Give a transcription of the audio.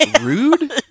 rude